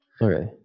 Okay